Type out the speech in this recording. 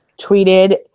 tweeted